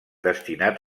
destinat